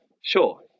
Sure